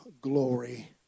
glory